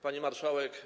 Pani Marszałek!